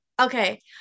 Okay